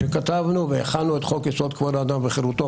כשכתבנו והכנו את חוק-יסוד: כבוד האדם וחירותו,